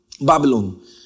Babylon